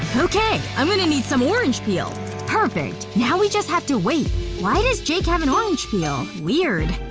okay, i'm gonna need some orange peel perfect. now we just have to wait why does jake have an orange peel? weird.